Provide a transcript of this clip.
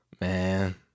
Man